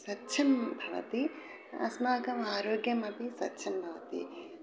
स्वच्छं भवति अस्माकम् आरोग्यमपि स्वच्छं भवति